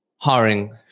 Hiring